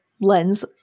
lens